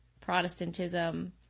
Protestantism